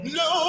no